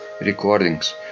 recordings